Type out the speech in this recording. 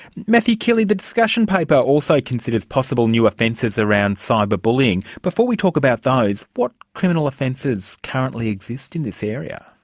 matthew keeley, the discussion paper also considers possible new offences around cyber bullying. before we talk about those, what criminal offences currently exist in this area?